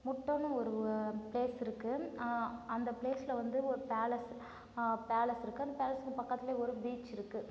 முட்டோனு ஒரு ப்ளேஸ் இருக்குது அந்த ப்ளேஸ்ல வந்து ஒரு பேலஸ் இருக் பேலஸ் இருக்குது அந்த பேலஸ்க்கும் பக்கத்திலே ஒரு பீச் இருக்குது